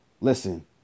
Listen